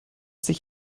sich